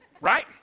right